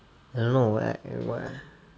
I don't know like what